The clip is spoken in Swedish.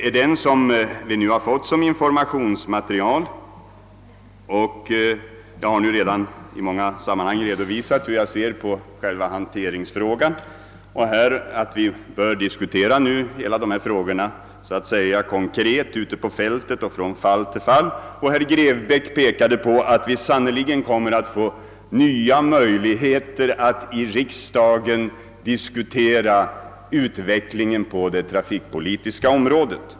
Vi har nu fått denna bok som informationsmaterial. Jag har i många sammanhang redovisat hur jag ser på själva hanteringsfrågan. Vi bör nu konkret från fall till fall diskutera dessa frågor ute på fältet. Herr Grebäck pekade på att vi sannerligen kommer att få nya tillfällen att i riksdagen diskutera utvecklingen på det trafikpolitiska området.